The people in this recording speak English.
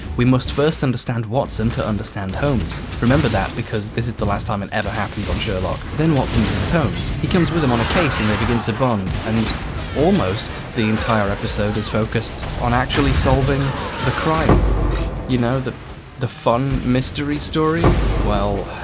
we must first understand watson to understand holmes. remember that because this is the last time it ever happens on sherlock. then, watson meets holmes. he comes with him on a case, and they begin to bond and almost the entire episode is focused on actually solving the crime you know the the fun mystery story? well.